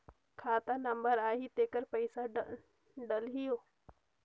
खाता नंबर आही तेकर पइसा डलहीओ?